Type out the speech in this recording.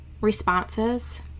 responses